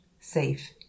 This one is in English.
safe